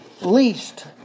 Least